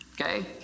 okay